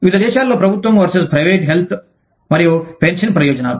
వివిధ దేశాలలో ప్రభుత్వం వర్సెస్ ప్రైవేట్ హెల్త్ మరియు పెన్షన్ ప్రయోజనాలు